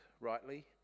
rightly